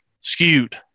skewed